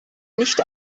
nicht